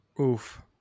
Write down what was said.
Oof